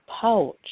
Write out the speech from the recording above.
pouch